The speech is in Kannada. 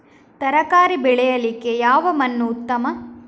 ತರಕಾರಿ ಬೆಳೆಯಲಿಕ್ಕೆ ಯಾವ ಮಣ್ಣು ಉತ್ತಮ?